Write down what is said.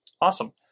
awesome